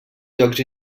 llocs